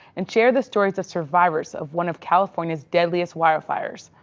and shared the stories of survivors of one of california's deadliest wildfires.